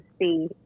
see